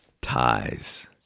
Ties